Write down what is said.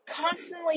constantly